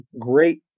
great